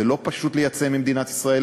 זה לא פשוט לייצא ממדינת ישראל,